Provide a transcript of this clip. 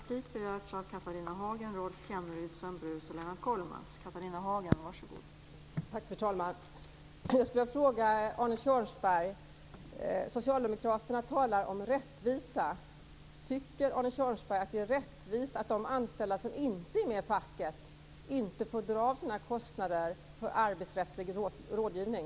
Fru talman! Jag skulle vilja ställa en fråga till Arne Kjörnsberg. Socialdemokraterna talar om rättvisa. Tycker Arne Kjörnsberg att det är rättvist att de anställda som inte är med i facket inte får dra av sina kostnader för arbetsrättslig rådgivning?